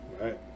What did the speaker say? right